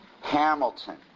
Hamilton